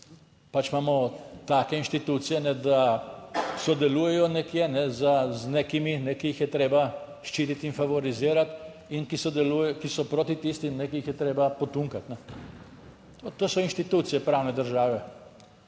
pač imamo take inštitucije, da sodelujejo nekje z nekimi, ki jih je treba ščititi in favorizirati in ki sodelujejo, ki so proti tistim, ki jih je treba potunkati. To so institucije pravne države.